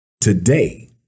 today